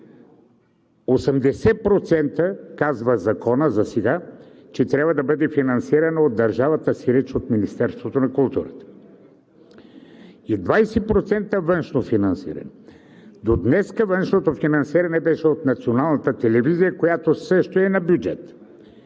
казва Законът засега, трябва да бъдат финансирани от държавата, сиреч от Министерството на културата, и 20% външно финансиране. До днес външното финансиране беше от Националната телевизия, която също е на бюджет.